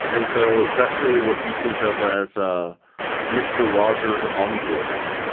and so that's really what we think of as ah mr. rogers onboarding,